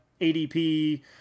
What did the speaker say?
adp